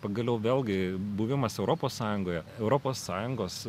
pagaliau vėlgi buvimas europos sąjungoje europos sąjungos